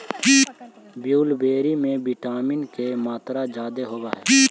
blueberry में vitamin के मात्रा जादे होब हई